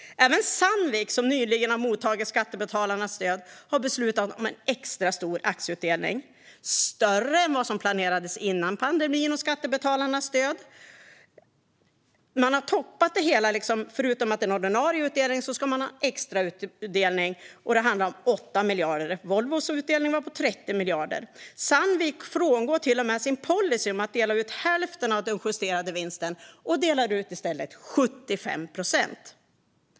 Även Sandvik, som nyligen har mottagit skattebetalarnas stöd, har beslutat om extra stor aktieutdelning - större än vad som planerats före pandemin och skattebetalarnas stöd. Utöver den ordinarie utdelningen ska man ha extrautdelning; det handlar om 8 miljarder. Volvos utdelning var på 30 miljarder. Sandvik frångår till och med sin policy att dela ut hälften av den justerade vinsten och delar i stället ut 75 procent.